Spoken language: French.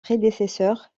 prédécesseurs